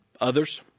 others